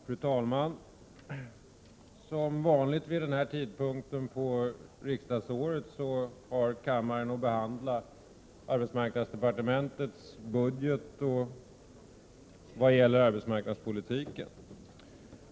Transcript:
Fru talman! Som vanligt vid den här tidpunkten på riksdagsåret har kammaren att behandla arbetsmarknadsdepartementets budget vad gäller arbetsmarknadspolitiken.